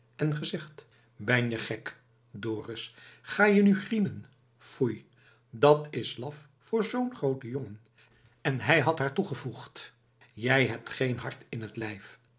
en gezegd ben je gek dorus ga je nu grienen foei dat is laf voor zoo'n grooten jongen en hij had haar toegevoegd jij hebt geen hart in t lijf